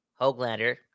Hoaglander